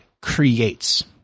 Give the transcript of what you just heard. creates